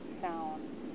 sound